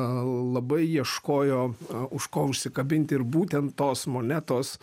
labai ieškojo už ko užsikabinti ir būtent tos monetos